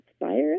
inspired